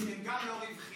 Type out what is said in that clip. זה נשמע שאתה מדבר,